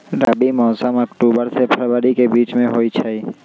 रबी मौसम अक्टूबर से फ़रवरी के बीच में होई छई